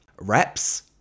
Reps